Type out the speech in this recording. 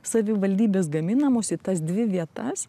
savivaldybės gaminamus į tas dvi vietas